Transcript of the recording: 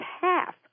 half